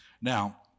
Now